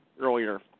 earlier